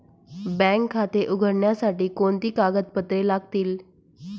Bank खाते उघडण्यासाठी कोणती कागदपत्रे लागतील?